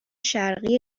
شرقی